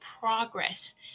progress